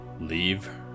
leave